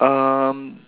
um